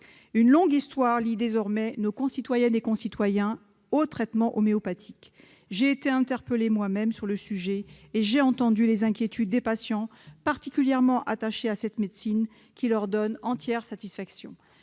Une longue histoire lie désormais nos concitoyennes et concitoyens au traitement homéopathique. J'ai moi-même été interpellée sur le sujet, et j'ai entendu les inquiétudes des patients particulièrement attachés à cette médecine qui leur donne entière satisfaction.